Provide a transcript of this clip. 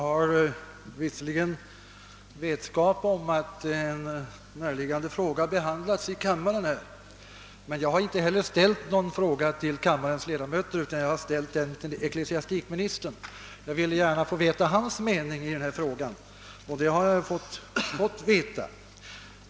Herr talman! Jag vet att ett näraliggande spörsmål behandlats i kammaren, men jag har ju inte ställt min fråga till kammarens ledamöter utan till ecklesiastikministern. Jag ville gärna ha reda på hans mening i denna fråga, och det har jag nu fått.